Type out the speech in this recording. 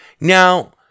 Now